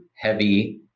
heavy